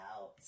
out